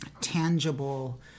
tangible